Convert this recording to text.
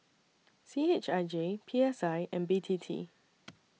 C H I J P S I and B T T